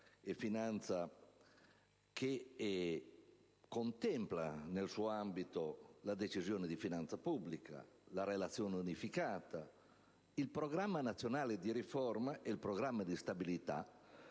Documento, che contempla la Decisione di finanza pubblica, la Relazione unificata, il Programma nazionale di riforma ed il Programma di stabilità,